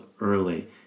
early